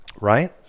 right